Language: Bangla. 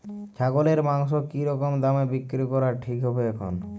ছাগলের মাংস কী রকম দামে বিক্রি করা ঠিক হবে এখন?